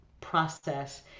process